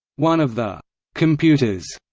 one of the computers,